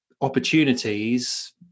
opportunities